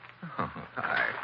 hi